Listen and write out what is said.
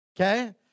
Okay